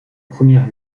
premier